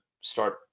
start